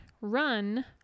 run